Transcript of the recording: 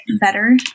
better